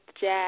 jazz